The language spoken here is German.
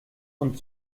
und